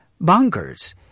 bonkers